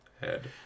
head